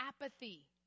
apathy